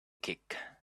kick